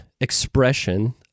expression